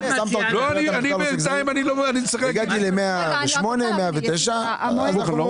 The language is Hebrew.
הגעתי ל-109-108, אם הגעתי